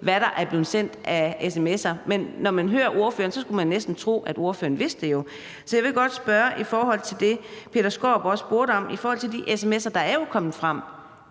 hvad der er blevet sendt af sms'er, men når man hører ordføreren, skulle man næsten tro, at ordføreren vidste det. Så jeg vil godt spørge om det, som hr. Peter Skaarup også spurgte om i forhold til de sms'er, der jo er kommet frem: